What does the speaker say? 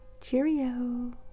Cheerio